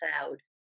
cloud